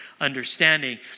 understanding